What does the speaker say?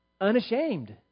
Unashamed